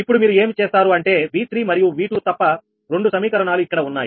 ఇప్పుడు మీరు ఏమి చేస్తారు అంటే V3 మరియు V2 తప్ప రెండు సమీకరణాలు ఇక్కడ ఉన్నాయి